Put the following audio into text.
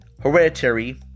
Hereditary